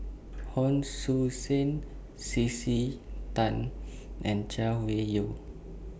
Hon Sui Sen C C Tan and Chay Weng Yew